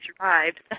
survived